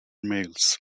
males